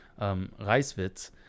Reiswitz